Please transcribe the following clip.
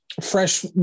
fresh